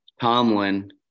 Tomlin